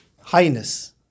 highness